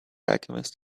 alchemist